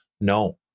No